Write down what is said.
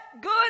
good